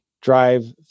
drive